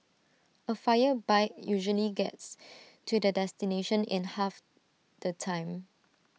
A fire bike usually gets to the destination in half the time